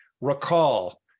recall